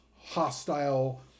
hostile